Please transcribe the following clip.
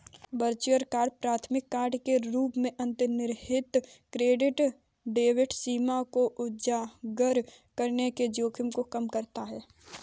virtual card प्राथमिक card के रूप में अंतर्निहित क्रेडिट डेबिट सीमा को उजागर करने के जोखिम को कम करता है